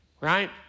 right